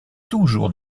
toujours